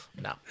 No